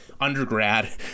undergrad